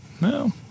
No